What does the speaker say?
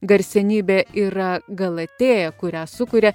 garsenybė yra galatėja kurią sukuria